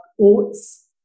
oats